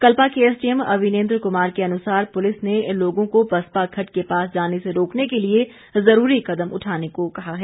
कल्पा के एसडीएम अविनेन्द्र कुमार के अनुसार पुलिस से लोगों को बसपा खड्ड के पास जाने से रोकने के लिए जुरूरी कदम उठाने को कहा गया है